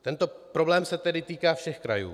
Tento problém se tedy týká všech krajů.